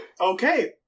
Okay